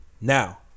Now